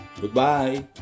Goodbye